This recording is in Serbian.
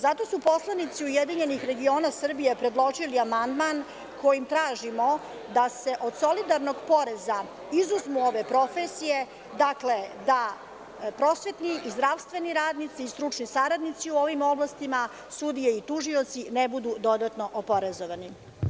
Zato su poslanici URS predložili amandman kojim tražimo da se od solidarnog poreza izuzmu ove profesije, dakle, da prosvetni, zdravstveni radnici i stručni saradnici u ovim oblastima, sudije i tužioci ne budu dodatno oporezovani.